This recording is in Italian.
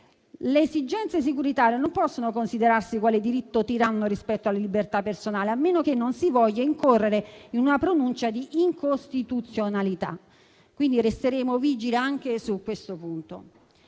Le esigenze securitarie non possono considerarsi quale diritto tiranno rispetto alla libertà personale, a meno che non si voglia incorrere in una pronuncia di incostituzionalità. Quindi resteremo vigili anche su questo punto.